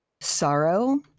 sorrow